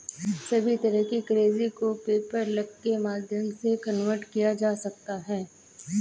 सभी तरह की करेंसी को पेपल्के माध्यम से कन्वर्ट किया जा सकता है